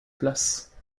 place